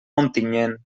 ontinyent